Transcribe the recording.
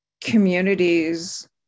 communities